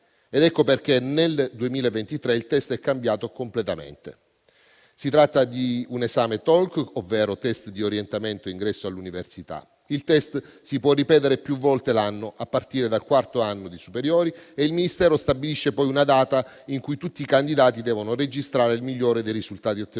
Ecco perché nel 2023 il *test* è cambiato completamente. Si tratta di un esame TOLC, ovvero di un *test* di orientamento per l'ingresso all'università; il *test* si può ripetere più volte l'anno a partire dal quarto anno delle superiori e il Ministero stabilisce una data in cui tutti i candidati devono registrare il migliore dei risultati ottenuti,